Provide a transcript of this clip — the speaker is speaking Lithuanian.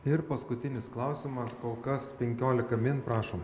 ir paskutinis klausimas kol kas penkiolika min prašom